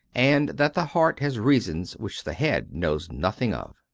and that the heart has reasons which the head knows nothing of.